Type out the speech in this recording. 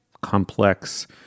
complex